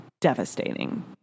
devastating